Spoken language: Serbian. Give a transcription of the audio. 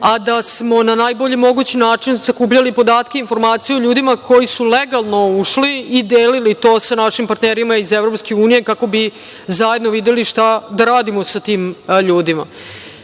a da smo na najbolji mogući način sakupljali podatke i informacije o ljudima koji su legalno ušli i delili to sa našim partnerima iz EU kako bi zajedno videli šta da radimo sa tim ljudima. Mi